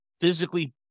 physically